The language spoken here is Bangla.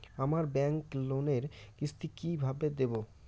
আমার ব্যাংক লোনের কিস্তি কি কিভাবে দেবো?